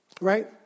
Right